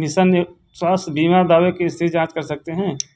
mission स्वास्थ्य बीमा दावे की स्थिति की जांच कर सकते हैं